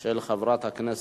קרב רק של הקרב הספציפי